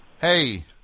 Hey